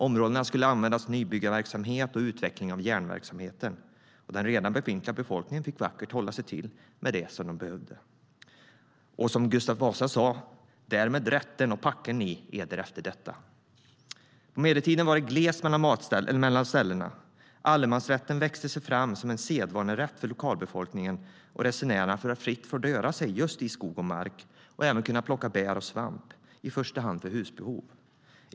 Områdena skulle användas till nybyggarverksamhet och utvecklingen av järnhanteringen. Den redan befintliga befolkningen fick vackert hålla sig till det som den behövde. Gustav Vasa sa: Därmed rätter och packer ni eder efter detta. På medeltiden var det glest mellan ställena. Allemansrätten växte fram som en sedvanerätt för lokalbefolkningen och resenärer att fritt få röra sig just i skog och mark och även kunna plocka bär och svamp i första hand för husbehov.